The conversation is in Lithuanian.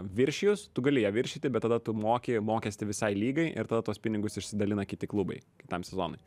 viršijus tu gali ją viršyti bet tada tu moki mokestį visai lygai ir tada tuos pinigus išsidalina kiti klubai kitam sezonui